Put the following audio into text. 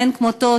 מאין כמותו,